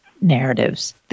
narratives